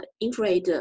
infrared